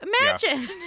Imagine